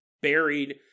buried